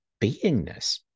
Beingness